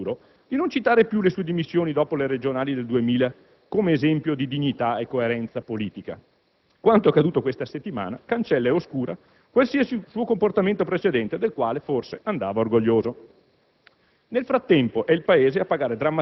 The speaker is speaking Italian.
Vorrei quindi pregare il ministro D'Alema per il futuro di non citare più le sue dimissioni dopo le regionali del 2000 come esempio di dignità e coerenza politica. Quanto accaduto questa settimana cancella ed oscura qualsiasi suo comportamento precedente del quale forse andava orgoglioso.